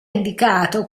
indicato